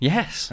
Yes